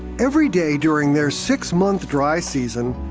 every day during their six month dry season,